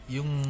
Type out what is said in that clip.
Yung